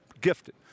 gifted